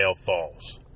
falls